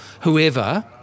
whoever